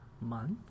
month